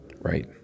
Right